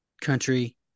country